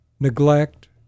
Neglect